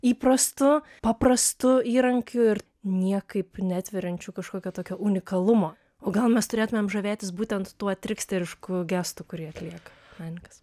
įprastu paprastu įrankiu ir niekaip neatveriančiu kažkokio tokio unikalumo o gal mes turėtumėm žavėtis būtent tuo triksterišku gestu kurį atlieka menininkas